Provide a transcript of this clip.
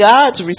God's